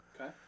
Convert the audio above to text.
Okay